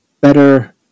better